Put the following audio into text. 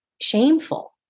shameful